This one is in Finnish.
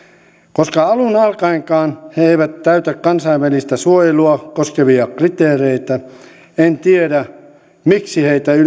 koska alun alkaenkaan he eivät täytä kansainvälistä suojelua koskevia kriteereitä en tiedä miksi